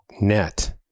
net